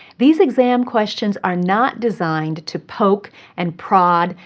these exam questions are not designed to poke and prod,